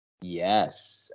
Yes